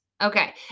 Okay